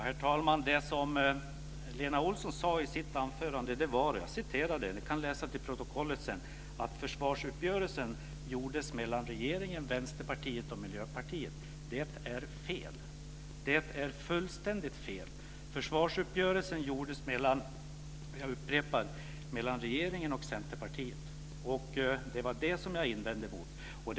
Herr talman! Det som Lena Olsson sade i sitt anförande var - jag återgav det, och det kan ni läsa i protokollet sedan - att försvarsuppgörelsen gjordes mellan regeringen, Vänsterpartiet och Miljöpartiet. Det är fullständigt fel. Försvarsuppgörelsen gjordes mellan regeringen och Centerpartiet. Det var det som jag invände mot.